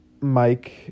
Mike